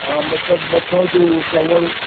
हा मतिलबु मथओं जो कवर